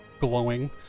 glowing